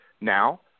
Now